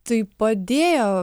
tai padėjo